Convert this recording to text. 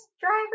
driver